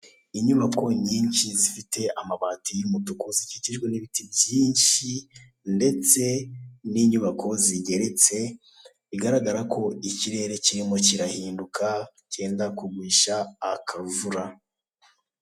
Inyubako nyinshi, zifite amabati y'umutuku, zikikijwe n'ibiti byinshi, ndetse n'inyubako zigeretse, bigaragara ko ikirere kirimo kirahinduka, cyenda kugwisha akavura.